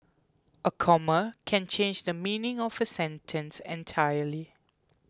a comma can change the meaning of a sentence entirely